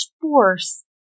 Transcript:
force